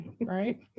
Right